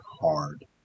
hard